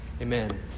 Amen